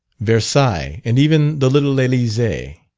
versailles, and even the little elysee.